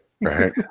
Right